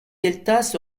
gueltas